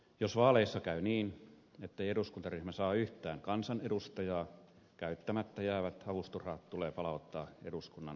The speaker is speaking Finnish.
jos vaaleissa käy niin ettei eduskuntaryhmä saa yhtään kansanedustajaa käyttämättä jäävät avustusrahat tulee palauttaa eduskunnan kanslialle